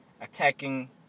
attacking